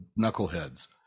knuckleheads